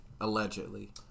allegedly